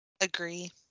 Agree